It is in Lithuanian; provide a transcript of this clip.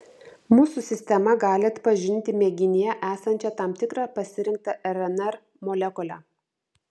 mūsų sistema gali atpažinti mėginyje esančią tam tikrą pasirinktą rnr molekulę